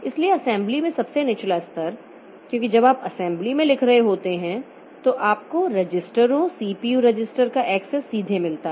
इसलिए असेंबली में सबसे निचला स्तर क्योंकि जब आप असेंबली में लिख रहे होते हैं तो आपको रजिस्टरों सीपीयू रजिस्टर का एक्सेस सीधे मिलता है